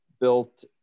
built